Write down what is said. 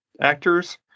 actors